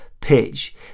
pitch